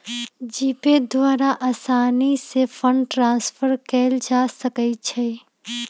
GPay द्वारा असानी से फंड ट्रांसफर कयल जा सकइ छइ